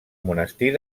monestir